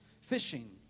fishing